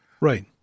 Right